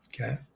Okay